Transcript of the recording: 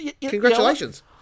Congratulations